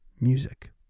music